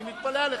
אני מתפלא עליכם.